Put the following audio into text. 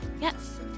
yes